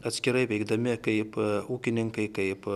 atskirai veikdami kaip ūkininkai kaip